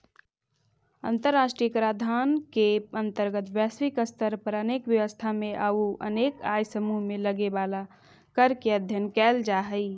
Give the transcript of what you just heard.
अंतर्राष्ट्रीय कराधान के अंतर्गत वैश्विक स्तर पर अनेक व्यवस्था में अउ अनेक आय समूह में लगे वाला कर के अध्ययन कैल जा हई